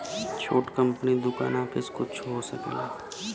छोट कंपनी दुकान आफिस कुच्छो हो सकेला